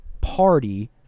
party